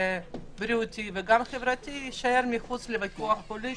בריאותי וגם חברתי יישאר מחוץ לתחום הפוליטי.